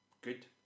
good